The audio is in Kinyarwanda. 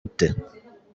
ute